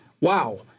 wow